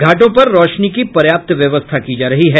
घाटों पर रोशनी की पर्याप्त व्यवस्था की जा रही है